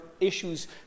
issues